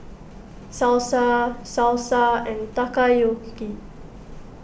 Salsa Salsa and Takoyaki